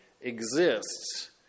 exists